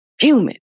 Human